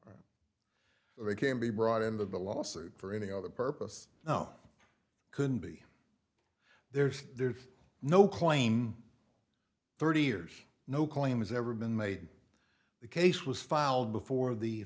they can be brought into the lawsuit for any other purpose no couldn't be theirs there's no claim thirty years no claim has ever been made the case was filed before the